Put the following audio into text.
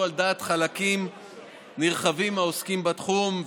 על דעת חלקים נרחבים מהעוסקים בתחום,